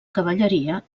cavalleria